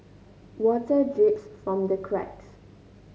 water drips from the cracks